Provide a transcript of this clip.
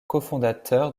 cofondateur